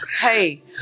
Hey